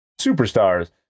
superstars